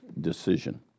decision